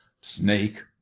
snake